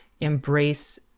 embrace